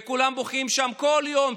וכולם בוכים שם כל יום.